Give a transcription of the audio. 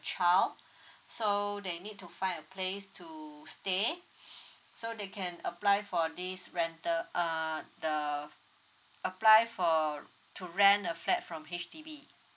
child so they need to find a place to stay so they can apply for this rental uh the apply for to rent the flat from H_D_B